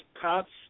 cops